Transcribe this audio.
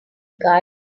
guy